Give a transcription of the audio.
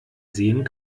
sehen